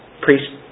Priest